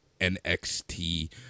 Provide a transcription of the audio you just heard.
NXT